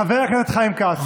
חבר הכנסת חיים כץ,